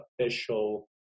official